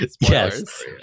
Yes